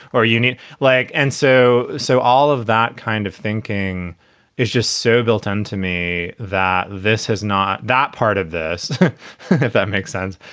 or you need leg. and so so all of that kind of thinking is just so built in to me that this has not that part of this that makes sense,